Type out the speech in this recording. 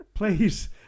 Please